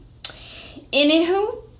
Anywho